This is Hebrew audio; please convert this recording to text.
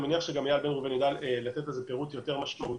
אני מניח שגם איל בן ראובן ידע לתת על זה פירוט יותר משמעותי.